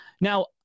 now